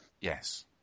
Yes